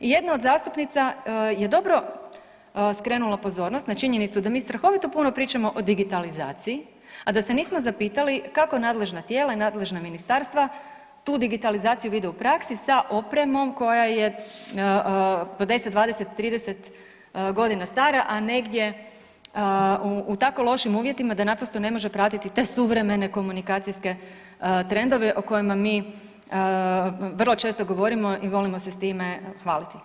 I jedna od zastupnica je dobro skrenula pozornost na činjenicu da mi strahovito puno pričamo o digitalizaciji, a da se nismo zapitali kako nadležna tijela i nadležna ministarstva tu digitalizaciju vide u praksi sa opremom koja je po 10, 20, 30 godina stara, a negdje u tako lošim uvjetima da naprosto ne može pratiti te suvremene komunikacijske trendove o kojima mi vrlo često govorimo i volimo se s time hvaliti.